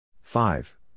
five